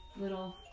little